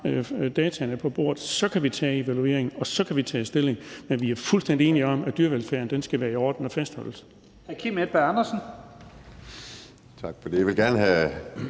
dataene på bordet, kan vi tage evalueringen, og så kan vi tage stilling. Men vi er fuldstændig enige om, at dyrevelfærden skal være i orden og fastholdes.